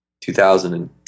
2010